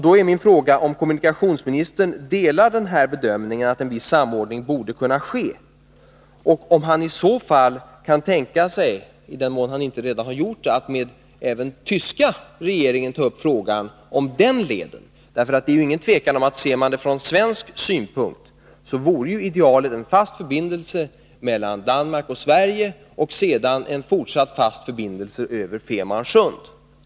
Då är min fråga om kommunikationsministern delar bedömningen att en viss samordning borde kunna ske och om han så fall kan tänka sig att — i den mån han inte redan har gjort det — med tyska regeringen ta upp frågan om den leden. Ser man det från svensk synpunkt råder det inget tvivel om att idealet vore en fast förbindelse mellan Danmark och Sverige och sedan en fortsatt fast förbindelse över Femern Bält.